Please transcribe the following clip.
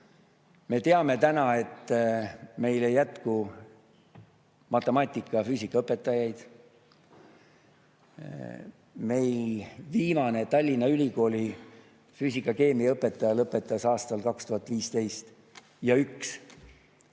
Me teame, et meil ei jätku matemaatika- ja füüsikaõpetajaid. Viimane Tallinna Ülikooli füüsika- ja keemiaõpetaja lõpetas aastal 2015 – ja üks.